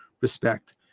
respect